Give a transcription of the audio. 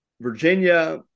Virginia